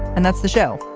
and that's the show.